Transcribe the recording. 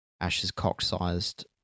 ashes-cock-sized